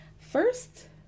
First